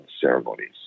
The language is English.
ceremonies